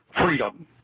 freedom